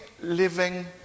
living